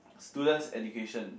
students education